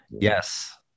yes